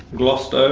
glossed ah